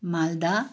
Malda